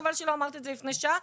חבל שלא אמרת את זה לפני שעה,